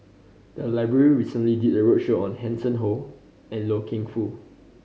the library recently did a roadshow on Hanson Ho and Loy Keng Foo